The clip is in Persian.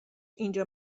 اینجا